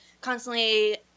constantly